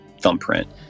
thumbprint